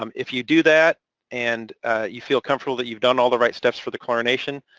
um if you do that and you feel comfortable that you've done all the right steps for the chlorination,